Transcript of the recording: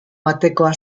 batekoa